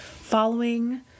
following